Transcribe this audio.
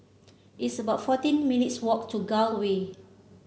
it's about fourteen minutes' walk to Gul Way